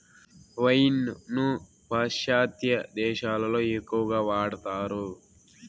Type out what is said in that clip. wine ను పాశ్చాత్య దేశాలలో ఎక్కువగా వాడతారు